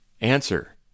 Answer